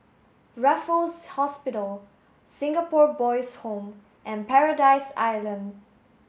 Raffles Hospital Singapore Boys' Home and Paradise Island